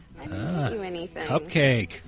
Cupcake